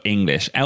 English